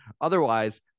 Otherwise